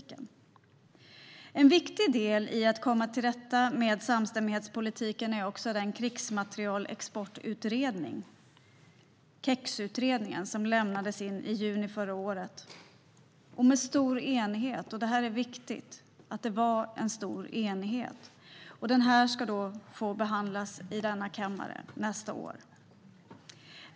Strategisk export-kontroll 2015 - krigsmateriel och produkter med dubbla användningsområden En viktig del i att komma till rätta med samstämmighetspolitiken är också den krigsmaterielexportutredning, KEX-utredningen, som med stor enighet lämnades in i juni förra året. Denna ska behandlas här i kammaren nästa år.